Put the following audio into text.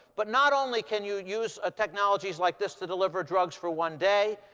but not only can you use ah technologies like this to deliver drugs for one day,